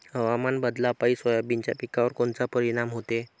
हवामान बदलापायी सोयाबीनच्या पिकावर कोनचा परिणाम होते?